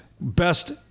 Best